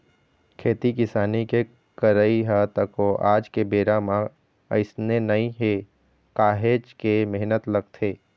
खेती किसानी के करई ह तको आज के बेरा म अइसने नइ हे काहेच के मेहनत लगथे